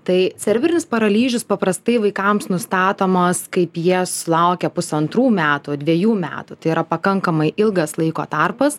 tai cerebrinis paralyžius paprastai vaikams nustatomos kaip jie sulaukia pusantrų metų dvejų metų tai yra pakankamai ilgas laiko tarpas